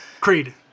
Creed